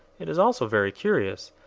it is also very curious,